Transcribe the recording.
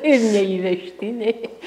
ir neįvežtiniai